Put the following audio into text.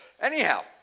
Anyhow